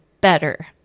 better